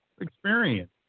experience